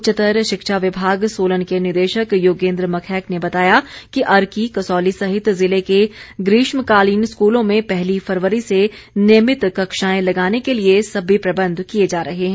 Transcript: उच्चतर शिक्षा विभाग सोलन के निदेशक योगेन्द्र मखैक ने बताया कि अर्की कसौली सहित जिले के ग्रीष्मकालीन स्कूलों में पहली फरवरी से नियमित कक्षाएं लगाने के लिए सभी प्रबंध किए जा रहे हैं